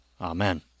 Amen